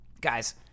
Guys